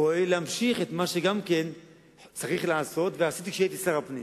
פועל להמשיך את מה שגם כן צריך לעשות ועשיתי כשהייתי שר הפנים.